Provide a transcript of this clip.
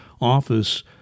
office